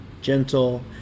gentle